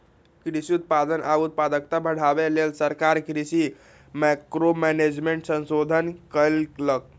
कृषि उत्पादन आ उत्पादकता बढ़ाबे लेल सरकार कृषि मैंक्रो मैनेजमेंट संशोधन कएलक